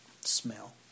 smell